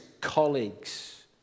colleagues